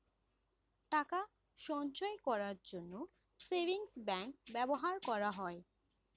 টাকা সঞ্চয় করার জন্য সেভিংস ব্যাংক ব্যবহার করা হয়